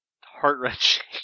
heart-wrenching